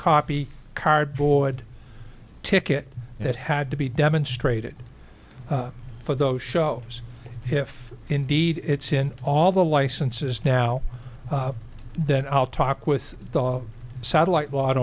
copy cardboard ticket that had to be demonstrated for those shows if indeed it's in all the licenses now that i'll talk with the satellite lot